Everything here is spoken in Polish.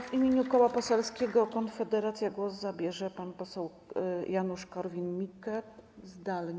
W imieniu Koła Poselskiego Konfederacja zdalnie głos zabierze pan poseł Janusz Korwin-Mikke.